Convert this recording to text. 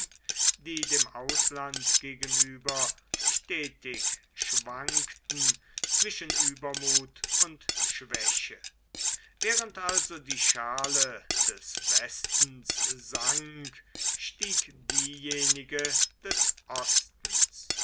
die dem ausland gegenüber stetig schwankten zwischen übermut und schwäche während also die schale des westens sank stieg diejenige des ostens